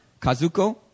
Kazuko